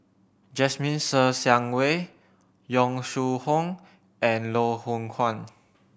Jasmine Ser Xiang Wei Yong Shu Hoong and Loh Hoong Kwan